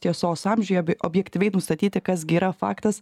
tiesos amžiuje be objektyviai nustatyti kas gi yra faktas